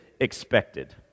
expected